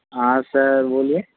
हाँ सर बोलिए